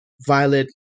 Violet